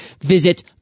Visit